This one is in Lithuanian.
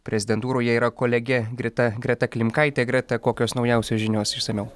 prezidentūroje yra kolegė greta greta klimkaitė greta kokios naujausios žinios išsamiau